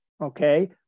okay